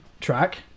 track